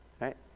right